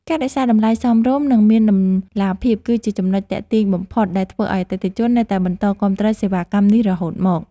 ការរក្សាតម្លៃសមរម្យនិងមានតម្លាភាពគឺជាចំណុចទាក់ទាញបំផុតដែលធ្វើឱ្យអតិថិជននៅតែបន្តគាំទ្រសេវាកម្មនេះរហូតមក។